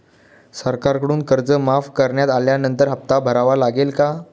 सरकारकडून कर्ज माफ करण्यात आल्यानंतर हप्ता भरावा लागेल का?